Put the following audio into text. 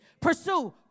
pursue